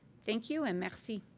thank you and merci.